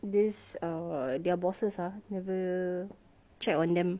these err their bosses ah never check on them